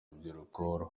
urubyiruko